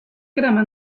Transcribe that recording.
eraman